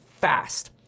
fast